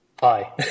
hi